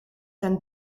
zijn